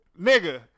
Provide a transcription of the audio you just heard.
nigga